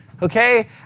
Okay